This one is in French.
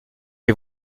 les